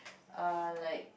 err like